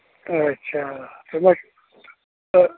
اچھا تِم ٲسۍ تہٕ